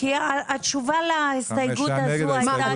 הצבעה לא אושר ההסתייגות נפלה.